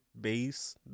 base